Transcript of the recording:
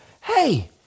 hey